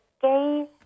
Gay